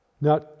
Now